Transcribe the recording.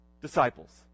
disciples